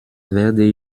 werde